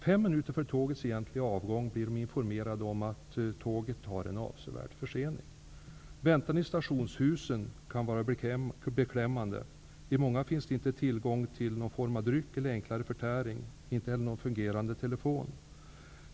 Fem minuter före tågets egentliga avgång blir de informerade om att tåget är avsevärt försenat. Väntan i stationshuset kan vara beklämmande. I många finns det inte tillgång till någon form av dryck eller enklare förtäring, inte heller någon fungerande telefon.